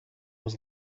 was